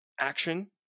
action